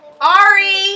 Ari